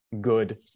good